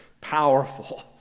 powerful